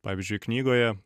pavyzdžiui knygoje